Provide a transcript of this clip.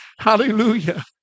Hallelujah